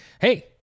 Hey